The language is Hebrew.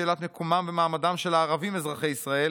שאלת מקומם ומעמדם של הערבים אזרחי ישראל